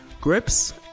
grips